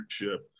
leadership